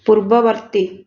ପୂର୍ବବର୍ତ୍ତୀ